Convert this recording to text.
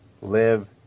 live